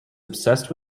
obsessed